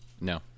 No